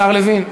השר לוין,